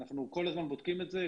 אנחנו כל הזמן בודקים את זה,